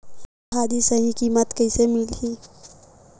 भाजी सही कीमत कइसे मिलही?